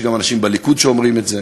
יש גם אנשים בליכוד שאומרים את זה: